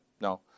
No